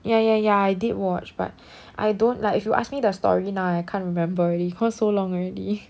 ya ya ya I did watch but I don't like if you ask me the story now I can't remember already cause so long already